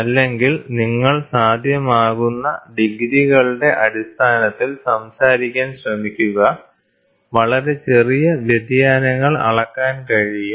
അല്ലെങ്കിൽ നിങ്ങൾ സാധ്യമാകുന്ന ഡിഗ്രികളുടെ അടിസ്ഥാനത്തിൽ സംസാരിക്കാൻ ശ്രമിക്കുക വളരെ ചെറിയ വ്യതിയാനങ്ങൾ അളക്കാൻ കഴിയും